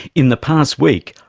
in the past week,